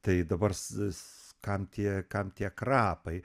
tai dabar s s kam tie kam tie krapai